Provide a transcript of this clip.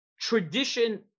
tradition